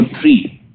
three